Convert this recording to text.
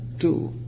Two